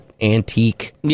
antique